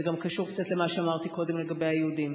זה גם קשור קצת למה שאמרתי קודם לגבי היהודים: